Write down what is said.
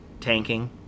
tanking